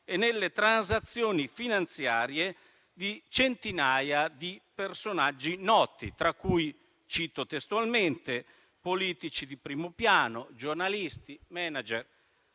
e nelle transazioni finanziarie di centinaia di personaggi noti, tra cui, cito testualmente, politici di primo piano, giornalisti, *manager*,